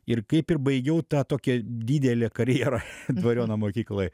ir kaip ir baigiau tą tokią didelę karjerą dvariono mokykloj